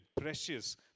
precious